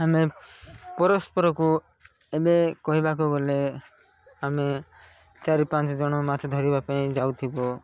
ଆମେ ପରସ୍ପରକୁ ଏବେ କହିବାକୁ ଗଲେ ଆମେ ଚାରି ପାଞ୍ଚ ଜଣ ମାଛ ଧରିବା ପାଇଁ ଯାଉଥିବ